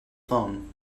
phone